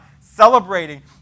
celebrating